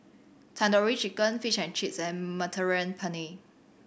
Tandoori Chicken Fish and Chips and Mediterranean Penne